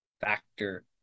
factor